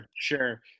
Sure